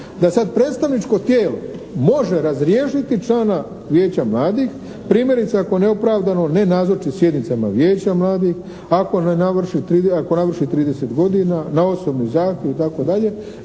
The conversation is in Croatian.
da sad predstavničko tijelo može razriješiti člana vijeća mladih, primjerice ako neopravdano ne nazoči sjednicama vijeća mladih, ako ne navrši, ako navrši 30 godina, na osobni zahtjev itd., jer